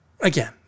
Again